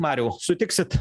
mariau sutiksit